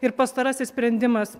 ir pastarasis sprendimas